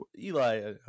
Eli